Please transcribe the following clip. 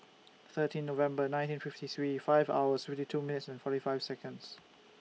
thirteen November nineteen fifty three five hours fifty two minutes and forty five Seconds